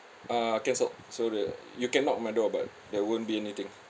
uh cancelled so the you cannot but there won't be anything